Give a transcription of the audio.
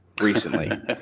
recently